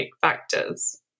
factors